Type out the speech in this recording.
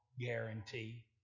guarantee